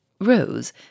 rose